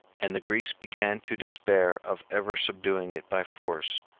and the greeks began to despair of ever subduing it by force,